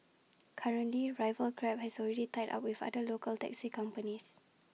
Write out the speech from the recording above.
currently rival grab has already tied up with other local taxi companies